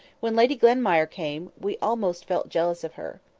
when lady glenmire came, we almost felt jealous of her.